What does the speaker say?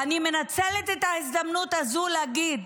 ואני מנצלת את ההזדמנות הזו להגיד: